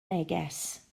neges